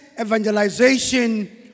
evangelization